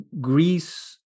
Greece